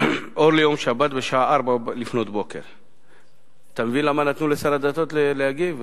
אור ליום שבת בשעה 04:00. אתה מבין למה נתנו לשר הדתות להגיב?